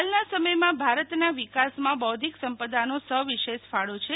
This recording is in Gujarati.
હાલના સમયમાં ભારતના વિકાસમાં બોદ્વિક સંપદાનો સવિશેષ ફાળો છે